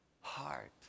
heart